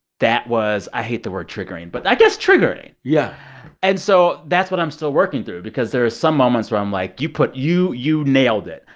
that was i hate the word triggering, but i guess triggering yeah and so that's what i'm still working through because there are some moments where i'm like, you put you you nailed it.